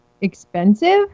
expensive